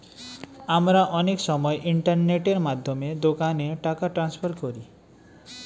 আমরা অনেক সময় ইন্টারনেটের মাধ্যমে দোকানে টাকা ট্রান্সফার করি